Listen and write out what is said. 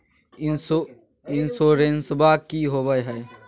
इंसोरेंसबा की होंबई हय?